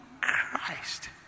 Christ